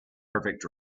perfect